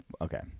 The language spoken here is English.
Okay